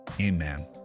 Amen